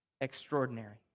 extraordinary